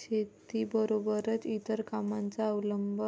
शेतीबरोबरच इतर कामांचा अवलंब